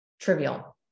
trivial